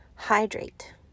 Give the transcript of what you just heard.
hydrate